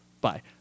bye